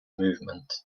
movement